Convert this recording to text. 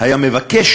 היה מבקש